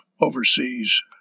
overseas